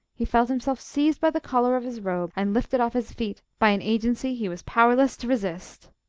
he felt himself seized by the collar of his robe and lifted off his feet by an agency he was powerless to resist.